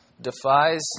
defies